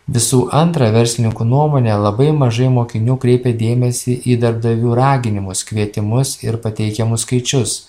visų antra verslininkų nuomone labai mažai mokinių kreipia dėmesį į darbdavių raginimus kvietimus ir pateikiamus skaičius